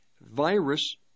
virus